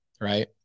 right